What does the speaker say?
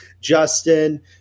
Justin